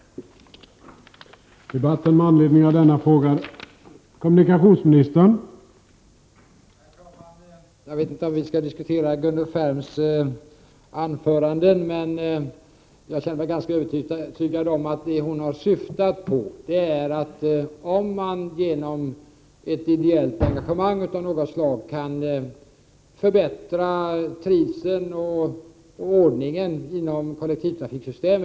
17 november 1988